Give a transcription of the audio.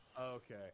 Okay